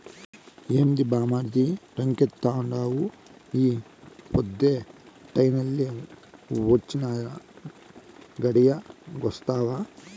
ఏంది బామ్మర్ది రంకెలేత్తండావు ఈ పొద్దే టౌనెల్లి వొచ్చినా, గడియాగొస్తావా